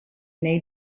nei